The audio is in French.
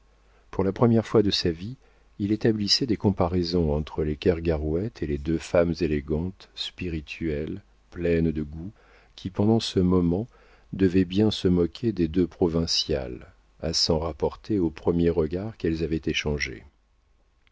pour la première fois de sa vie il établissait des comparaisons entre les kergarouët et les deux femmes élégantes spirituelles pleines de goût qui pendant ce moment devaient bien se moquer des deux provinciales à s'en rapporter au premier regard qu'elles avaient échangé